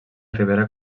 ribera